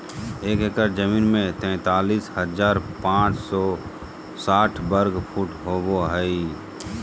एक एकड़ जमीन में तैंतालीस हजार पांच सौ साठ वर्ग फुट होबो हइ